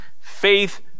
Faith